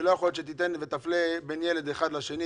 שלא יכול להיות שתפלה בין ילד אחד לשני,